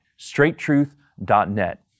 straighttruth.net